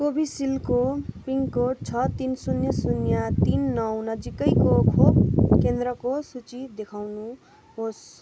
कोभिसिल्डको पिनकोड छ तिन शून्य शून्य तिन नौ नजिकैको खोप केन्द्रको सूची देखाउनुहोस्